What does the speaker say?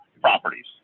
properties